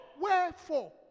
Wherefore